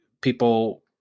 people